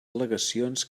al·legacions